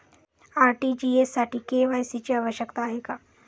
RTGS साठी KYC ची आवश्यकता आहे का?